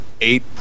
eight